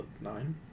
Nine